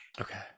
okay